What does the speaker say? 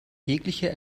jeglicher